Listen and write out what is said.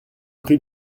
pris